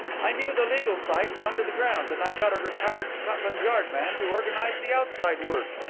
i knew the legal side down to the ground and i got a retired scotland yard man to organize the outside work.